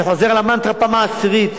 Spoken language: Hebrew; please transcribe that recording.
אני חוזר על המנטרה פעם העשירית.